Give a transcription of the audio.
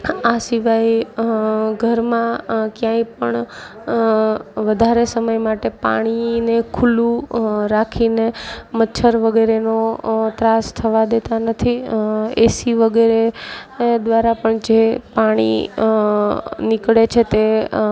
આ સિવાય ઘરમાં ક્યાંય પણ વધારે સમય માટે પાણીને ખુલ્લું રાખીને મચ્છર વગેરેનો ત્રાસ થવા દેતા નથી એસી વગરે એ દ્વારા પણ જે પાણી નીકળે છે તે